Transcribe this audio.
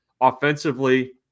Offensively